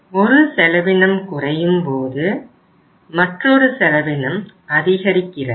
ஒரு செலவினம் குறையும்போது மற்றொரு செலவினம் அதிகரிக்கிறது